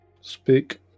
Speak